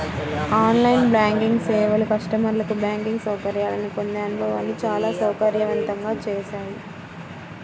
on line banking సేవలు కస్టమర్లకు banking సౌకర్యాలను పొందే అనుభవాన్ని చాలా సౌకర్యవంతంగా చేశాయి